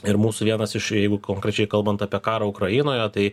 ir mūsų vienas iš jeigu konkrečiai kalbant apie karą ukrainoje tai